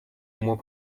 moins